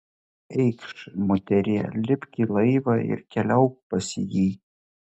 eikš moterie lipk į laivą ir keliauk pas jį